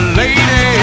lady